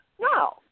No